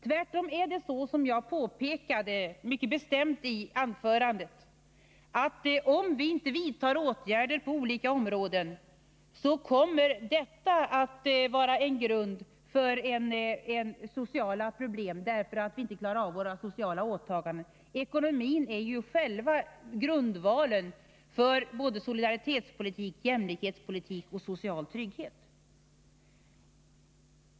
Tvärtom är det så, som jag mycket bestämt påpekade i mitt anförande, att ett underlåtande av att vidta sparåtgärder på olika områden kommer att skapa en grund för sociala problem, genom att vi då inte kommer att klara av våra sociala åtaganden. Ekonomin är ju själva grundvalen både för solidaritetsoch jämlikhetspolitik och för social trygghet.